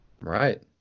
Right